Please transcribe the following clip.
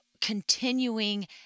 continuing